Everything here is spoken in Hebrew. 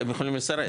הם יכולים לסרב,